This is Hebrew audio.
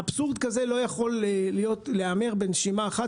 אבסורד כזה לא יכול להיאמר בנשימה אחת